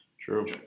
True